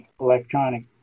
electronic